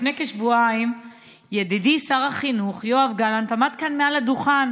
לפני כשבועיים ידידי שר החינוך יואב גלנט עמד כאן מעל דוכן